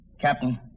Captain